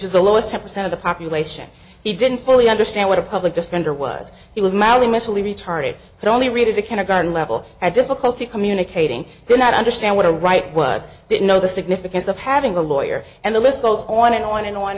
is the lowest temperature out of the population he didn't fully understand what a public defender was he was madly mentally retarded and only read a kindergarten level at difficulty communicating did not understand what a right was didn't know the significance of having a lawyer and the list goes on and on and on